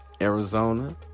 Arizona